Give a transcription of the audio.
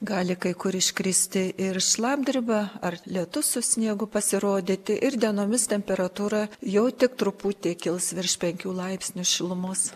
gali kai kur iškristi ir šlapdriba ar lietus su sniegu pasirodyti ir dienomis temperatūra jau tik truputį kils virš penkių laipsnių šilumos